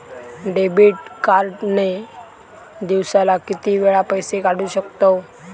Debit card ने दिवसाला किती वेळा पैसे काढू शकतव?